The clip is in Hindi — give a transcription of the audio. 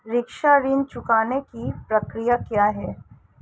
शिक्षा ऋण चुकाने की प्रक्रिया क्या है?